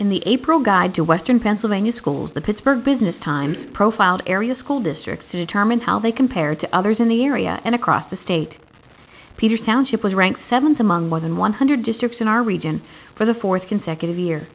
in the april guide to western pennsylvania schools the pittsburgh business times profiled area school districts to determine how they compare to others in the area and across the state peter township was ranked seventh among more than one hundred districts in our region for the fourth consecutive year